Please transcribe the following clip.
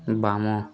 ବାମ